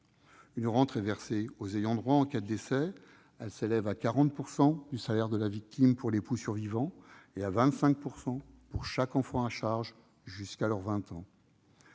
Une rente est versée aux ayants droit en cas de décès, s'élevant à 40 % du salaire de la victime pour l'époux survivant et à 25 % pour chaque enfant à charge, jusqu'à leurs 20 ans.